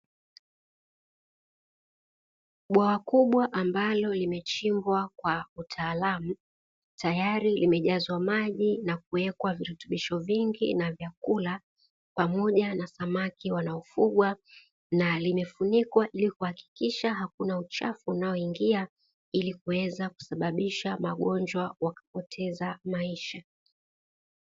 Bwawa kubwa ambalo limechimbwa kwa utaalamu, tayari limejazwa maji na kuwekwa virutubisho vingi na vyakula. Pamoja na samaki wanaofugwa na limefunikwa ili kuhakikisha hakuna uchafu unaingia ukaweza kusababisha magonjwa wakapoteza maisha.